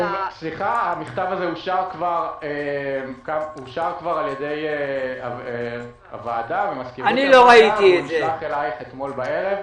המכתב אושר על ידי הוועדה, נשלח אליך אתמול בערב.